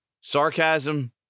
sarcasm